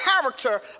character